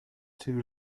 too